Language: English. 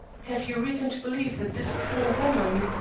have you reason to believe that this poor woman?